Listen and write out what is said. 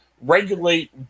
regulate